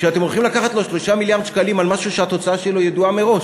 שאתם הולכים לקחת לו 3 מיליארד שקלים על משהו שהתוצאה שלו ידועה מראש.